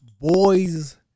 Boys